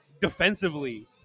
defensively